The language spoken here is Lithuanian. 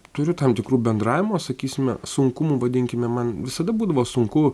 turiu tam tikrų bendravimo sakysime sunkumų vadinkime man visada būdavo sunku